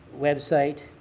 website